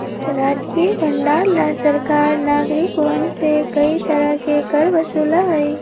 राजकीय भंडार ला सरकार नागरिकवन से कई तरह के कर वसूला हई